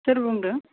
सोर बुंदों